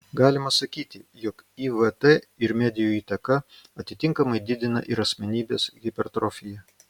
galima sakyti jog ivt ir medijų įtaka atitinkamai didina ir asmenybės hipertrofiją